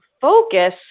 focus